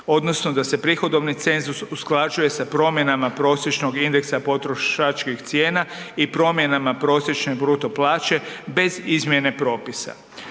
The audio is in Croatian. odnosno da se prihodovni cenzus usklađuje sa promjenama prosječnog indeksa potrošačkih cijena i promjenama prosječne bruto plaće bez izmjene propisa.